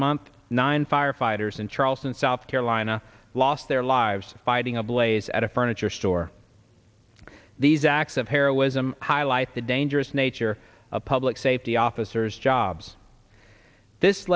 month nine firefighters in charleston south carolina lost their lives fighting a blaze at a furniture store these acts of heroism highlight the dangerous nature of public safety officers jobs this